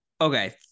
okay